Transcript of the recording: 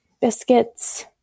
biscuits